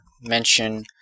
mention